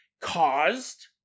caused